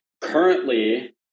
currently